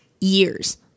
years